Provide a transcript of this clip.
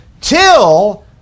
till